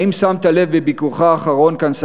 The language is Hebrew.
האם שמת לב בביקורך האחרון כאן,